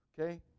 okay